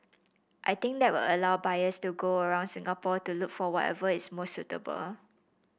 I think that will allow buyers to go around Singapore to look for whatever is most suitable